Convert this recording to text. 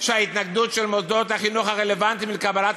שההתנגדות של מוסדות החינוך הרלוונטיים לקבלת